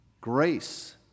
grace